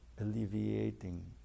alleviating